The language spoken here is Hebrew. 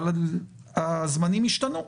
אבל הזמנים השתנו.